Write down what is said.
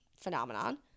phenomenon